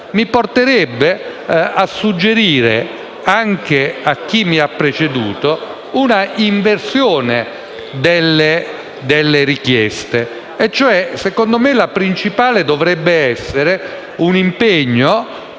mi porterebbe a suggerire, anche a chi mi ha preceduto, una inversione delle richieste. Secondo me, la principale richiesta dovrebbe essere un impegno